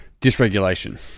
dysregulation